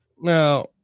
Now